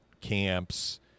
camps